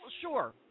Sure